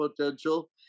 potential